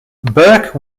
burke